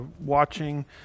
watching